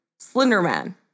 Slenderman